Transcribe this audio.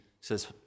says